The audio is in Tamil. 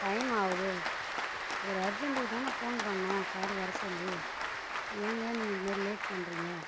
டைம் ஆகுது ஒரு அர்ஜெண்ட்டுக்கு தானே ஃபோன் பண்ணிணோம் கார் வர சொல்லி ஏங்க நீங்கள் இதுமாரி லேட் பண்ணுறீங்க